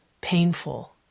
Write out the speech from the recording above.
painful